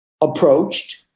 approached